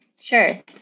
Sure